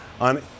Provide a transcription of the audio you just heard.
on